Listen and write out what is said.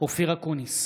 אופיר אקוניס,